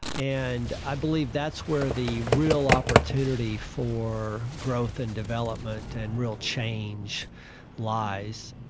and i believe that's where the real opportunity for growth and development and real change lies.